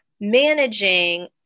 managing